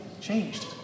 changed